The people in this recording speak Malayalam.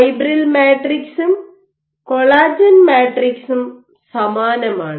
ഫൈബ്രിൽ മാട്രിക്സും കൊളാജൻ മാട്രിക്സും സമാനമാണ്